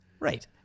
Right